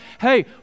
hey